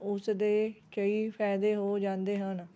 ਉਸ ਦੇ ਕਈ ਫਾਇਦੇ ਹੋ ਜਾਂਦੇ ਹਨ